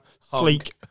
sleek